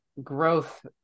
Growth